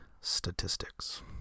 statistics